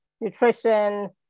nutrition